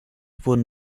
wurden